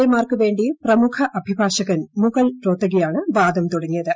എമാർക്ക് വേണ്ടി പ്രമുഖ അഭിഭാഷകൻ മുകുൾ റോത്തകിയാണ് വാദം തുടങ്ങിയത്